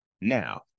Now